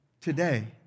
today